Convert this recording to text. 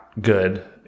good